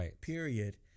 period